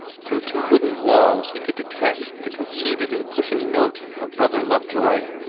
through two wooden walls he could detect the conceited and pushing note of brother lovejoy,